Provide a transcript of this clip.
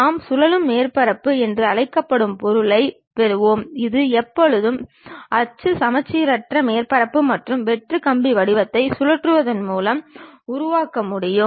isometric வரைபடம் என்பதும் ஒரு வகையான சித்திர வரைபடமாகும்